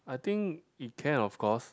I think it can of course